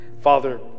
Father